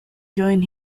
join